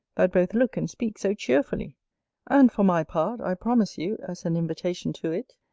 that both look and speak so cheerfully and for my part, i promise you, as an invitation to it,